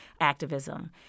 activism